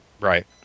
right